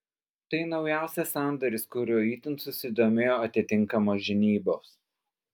tai naujausias sandoris kuriuo itin susidomėjo atitinkamos žinybos